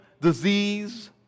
disease